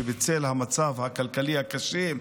שבצל המצב הכלכלי הקשה,